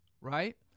right